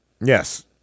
yes